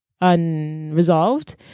unresolved